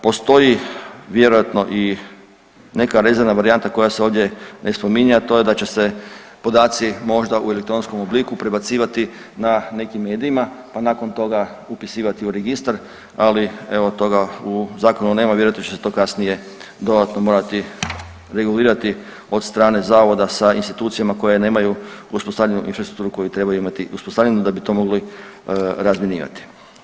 Postoji vjerojatno i neka rezervna varijanta koja se ovdje ne spominje, a to je da će se podaci možda u elektronskom obliku prebacivati na nekim medijima, pa nakon toga upisivati u registar, ali evo toga u zakonu nema vjerojatno će se to kasnije dodatno morati regulirati od strane zavoda sa institucijama koje nemaju uspostavljenu infrastrukturu koju trebaju imati uspostavljenu da bi to mogli razmjenjivati.